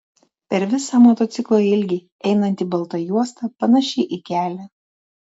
per visą motociklo ilgį einanti balta juosta panaši į kelią